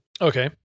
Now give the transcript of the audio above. Okay